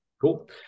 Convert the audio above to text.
Cool